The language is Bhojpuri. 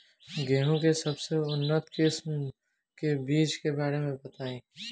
गेहूँ के सबसे उन्नत किस्म के बिज के बारे में बताई?